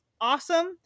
awesome